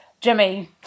Jimmy